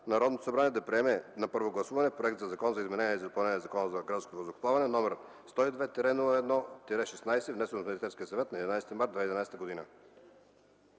Народното събрание да приеме на първо гласуване проект на Закон за изменение и допълнение на Закона за гражданското въздухоплаване, № 02-01-16, внесен от Министерския съвет на 11 март 2011 г.”